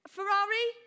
Ferrari